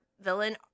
villain